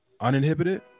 uninhibited